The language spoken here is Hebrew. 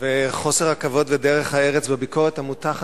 וחוסר הכבוד והדרך ארץ והביקורת הנמתחת,